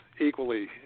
equally